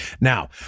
Now